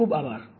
ખૂબ ખૂબ આભાર